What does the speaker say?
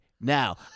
now